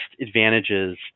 advantages